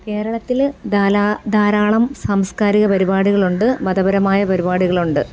കേരളത്തിൽ ധാരാളം സാംസ്കാരിക പരിപാടികളുണ്ട് മതപരമായ പരിപാടികളുണ്ട്